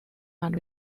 and